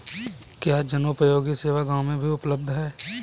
क्या जनोपयोगी सेवा गाँव में भी उपलब्ध है?